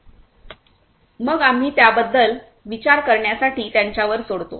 मग आम्ही त्याबद्दल विचार करण्यासाठी त्यांच्यावर सोडतो